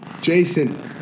Jason